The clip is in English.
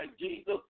Jesus